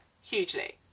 Hugely